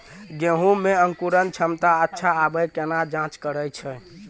गेहूँ मे अंकुरन क्षमता अच्छा आबे केना जाँच करैय छै?